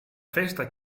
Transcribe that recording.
festa